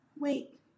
Wait